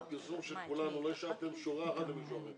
בפרסום של כולנו לא השארתם שורה אחת למישהו אחר,